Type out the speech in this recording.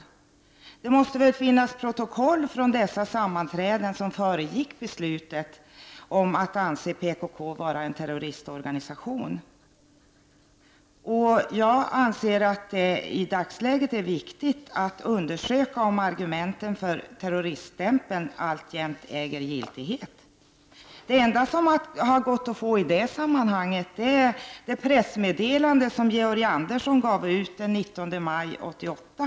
Likaså måste det finnas protokoll från de sammanträden som föregick beslutet om att anse PKK vara en terroristorganisation. Jag anser att det i dagsläget är viktigt att undersöka om argumenten för terroriststämpeln alltjämt äger giltighet. Det enda som har gått att få i det sammanhanget är det pressmeddelande som Georg Andersson lämnade den 19 maj 1988.